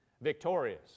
victorious